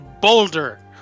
Boulder